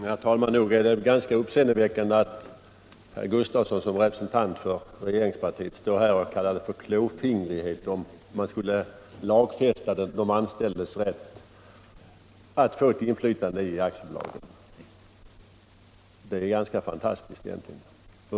Herr talman! Nog är det ganska uppseeendeväckande att herr Gustafsson som representant för regeringspartiet kallar det klåfingrighet att vilja lagfästa de anställdas rätt till inflytande i aktiebolagen. Det är fantastiskt egentligen.